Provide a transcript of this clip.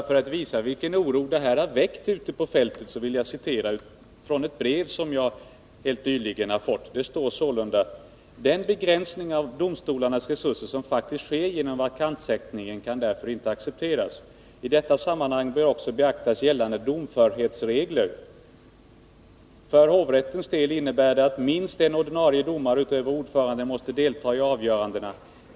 För att visa vilken oro det här har väckt ute på fältet vill jag citera ur ett brev som jag helt nyligen fått. Där står: ”Den begränsning av domstolarnas resurser som faktiskt sker genom vakantsättningen kan därför inte accepteras. I detta sammanhang bör också beaktas gällande domförhetsregler. För hovrättens del innebär de att minst en ordinarie domare utöver ordföranden måste deltaga i avgörandena.